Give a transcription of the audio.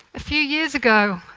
few years ago,